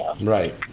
Right